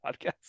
podcast